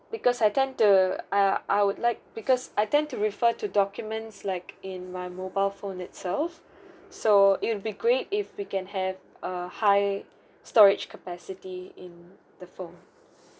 because I tend to uh I would like because I tend to refer to documents like in my mobile phone itself so it will be great if we can have a high storage capacity in the phone